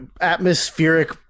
atmospheric